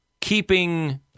keeping